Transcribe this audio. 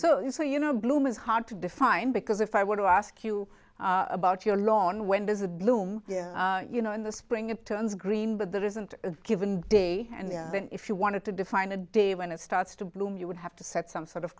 say you know bloom is hard to define because if i were to ask you about your lawn when does a bloom you know in the spring it turns green but there isn't a given day and then if you wanted to define a day when it starts to bloom you would have to set some sort of